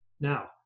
Now